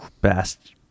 best